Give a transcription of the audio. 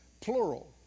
plural